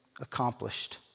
accomplished